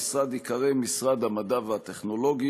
המשרד ייקרא: משרד המדע והטכנולוגיה.